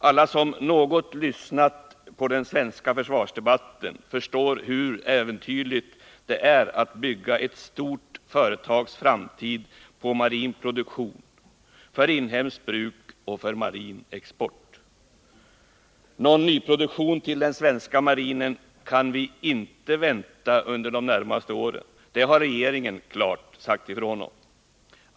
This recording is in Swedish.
Alla som något lyssnat på den svenska försvarsdebatten förstår hur äventyrligt det är att bygga ett stort företags framtid på marin produktion, för inhemskt bruk och för marin export. Någon nyproduktion när det gäller den svenska marinen kan vi inte vänta under de närmaste åren. På den punkten har regeringen klart sagt ifrån.